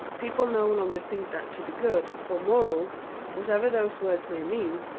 people no longer think that to be good or moral whatever those words may mean,